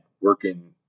working